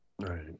Right